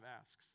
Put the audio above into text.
asks